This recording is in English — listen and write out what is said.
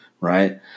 right